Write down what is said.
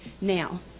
Now